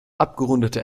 abgerundete